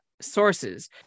sources